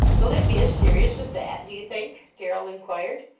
will it be as serious as that, do you think? darrell inquired.